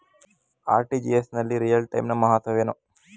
RTGS ನಲ್ಲಿ real time ನ ಮಹತ್ವವೇನು?